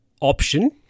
option